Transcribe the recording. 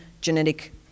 genetic